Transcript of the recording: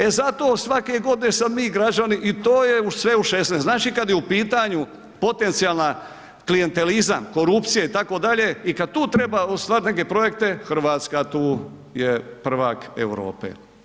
E zato svake godine sad mi građani i to je sve u 16, znači kad je u pitanju potencijalni klijentelizam, korupcija itd., i kad tu treba ostvarit neke projekte, Hrvatska tu je prvak Europe.